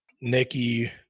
Nikki